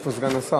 איפה סגן השר,